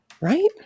Right